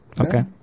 Okay